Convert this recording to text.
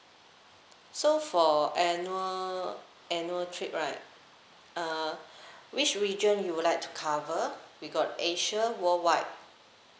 so for annual annual trip right uh which region you would like to cover we got asia worldwide